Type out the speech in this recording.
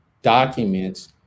Documents